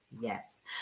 Yes